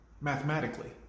mathematically